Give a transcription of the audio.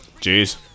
Jeez